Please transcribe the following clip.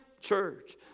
church